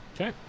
Okay